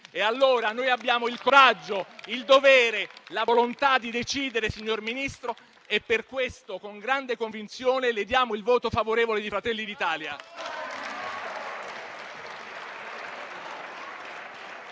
Noi abbiamo il coraggio, il dovere, la volontà di decidere, signor Ministro, e per questo, con grande convinzione, annunciamo il voto favorevole di Fratelli d'Italia.